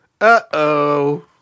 Uh-oh